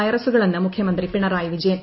വൈറസുകളെന്ന് മുഖ്യമന്ത്രി പിണറായി വിജയൻ